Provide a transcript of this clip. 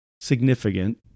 significant